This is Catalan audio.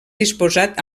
disposat